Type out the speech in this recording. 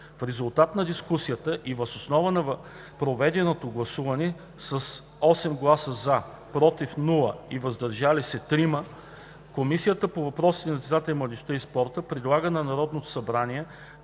В резултат на дискусията и въз основа на проведеното гласуване с 8 гласа – „за“, без „против“ и „въздържал се“ – 3 гласа, Комисията по въпросите на децата, младежта и спорта предлага на Народното събрание